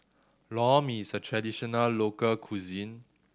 Lor Mee is a traditional local cuisine